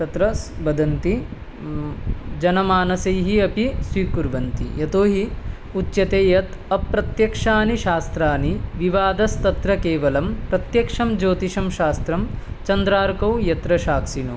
तत्र स् वदन्ति जनमानसैः अपि स्वीकुर्वन्ति यतो हि उच्यते यत् अप्रत्यक्षानि शास्त्राणि विवादस्तत्र केवलं प्रत्यक्षं ज्योतिषं शास्त्रं चन्द्राऽर्कौ यत्र साक्षिणौ